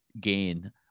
gain